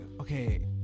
okay